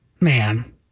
Man